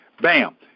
bam